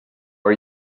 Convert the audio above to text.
are